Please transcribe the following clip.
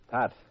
Pat